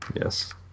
Yes